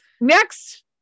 Next